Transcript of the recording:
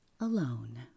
alone